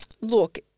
Look